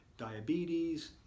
diabetes